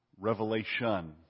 Revelation